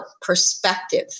perspective